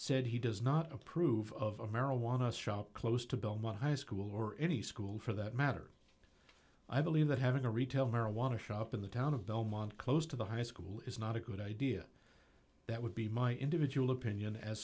said he does not approve of marijuana shop close to belmont high school or any school for that matter i believe that having a retail marijuana shop in the town of belmont close to the high school is not a good idea that would be my individual opinion as